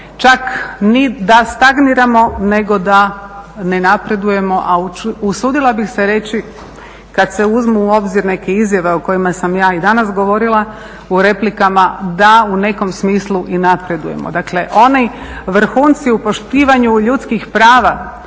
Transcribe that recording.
čak ni da stagniramo nego da ne napredujemo, a sudila bih se reći kad se uzmu u obzir neke izjave o kojima sam ja i danas govorila u replika, da u nekom smislu i napredujemo. Dakle, oni vrhunci u poštivanju ljudskih prava,